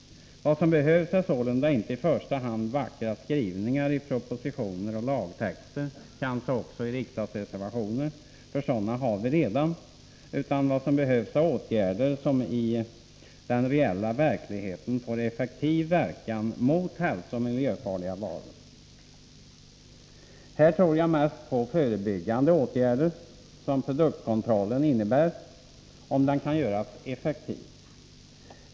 Vad som behövs är sålunda inte i första hand vackra skrivningar i propositioner och lagtexter eller kanske också i riksdagsreservationer — sådana har vi redan — utan vad som behövs är åtgärder som i den reella verkligheten får effektiv verkan mot de hälsooch miljöfarliga varorna. Här tror jag mest på de förebyggande åtgärder som produktkontrollen innebär om den kan göras effektiv.